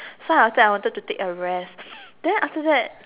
so after that I wanted to take a rest then after that